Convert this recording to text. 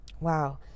Wow